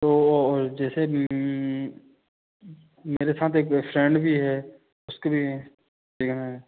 तो ओ जैसे मेरे साथ एक फ्रेंड भी है उसके भी ठीक है ना